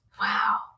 Wow